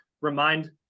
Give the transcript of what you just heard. remind